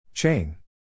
Chain